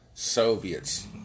soviets